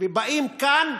באים כאן,